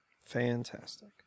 Fantastic